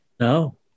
No